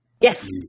Yes